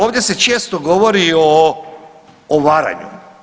Ovdje se često govori o varanju.